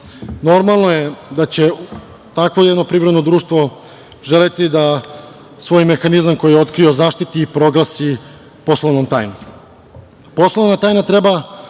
prihode. Normalno je da će takvo jedno privredno društvo želeti da svoj mehanizam, koji je otkrio, zaštiti i proglasi poslovnom tajnom.